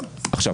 בכבוד.